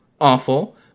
awful